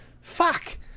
Fuck